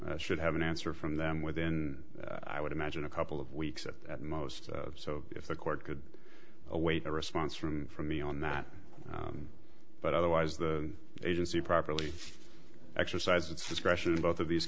now should have an answer from them within i would imagine a couple of weeks at most so if the court could await a response from from me on that but otherwise the agency properly exercised its discretion in both of these